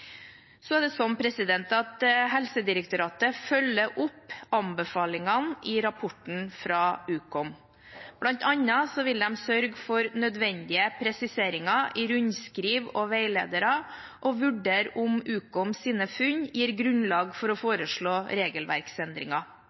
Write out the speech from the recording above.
Helsedirektoratet følger opp anbefalingene i rapporten fra Ukom. Blant annet vil de sørge for nødvendige presiseringer i rundskriv og veiledere og vurdere om Ukoms funn gir grunnlag for å foreslå